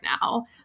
now